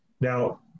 Now